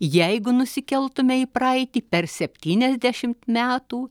jeigu nusikeltume į praeitį per septyniasdešimt metų